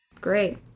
Great